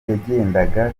yagendaga